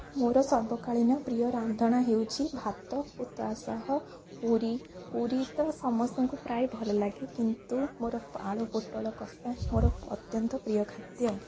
ମୋର ସର୍ବକାଳୀନ ପ୍ରିୟ ରାନ୍ଧଣା ହେଉଛି ଭାତ ଓ ତା'ସହ ପୁରି ପୁରି ତ ସମସ୍ତଙ୍କୁ ପ୍ରାୟ ଭଲ ଲାଗେ କିନ୍ତୁ ମୋର ଆଳୁ ପୋଟଳ କଷା ମୋର ଅତ୍ୟନ୍ତ ପ୍ରିୟ ଖାଦ୍ୟ